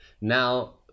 Now